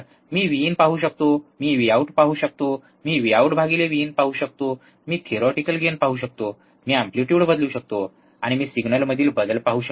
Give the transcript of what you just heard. मी V in पाहू शकतो मी व्हीआऊट पाहू शकतो मी व्हीआऊट भागिले व्हीइन पाहू शकतो मी थेरिओटिकल गेनपाहू शकतो मी एम्पलीट्युड बदलू शकतो आणि मी सिग्नलमधील बदल पाहू शकतो